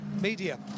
media